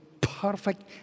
perfect